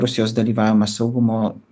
rusijos dalyvavimas saugumo